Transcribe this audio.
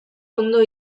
ondo